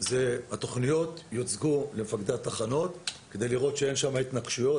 התכניות יוצגו למפקדי התחנות כדי לראות שאין שם התנגשויות